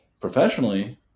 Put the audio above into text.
professionally